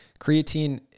creatine